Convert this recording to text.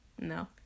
no